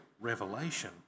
revelation